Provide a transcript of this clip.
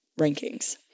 rankings